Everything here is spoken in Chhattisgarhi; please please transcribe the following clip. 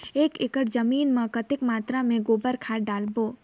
एक एकड़ जमीन मे कतेक मात्रा मे गोबर खाद डालबो?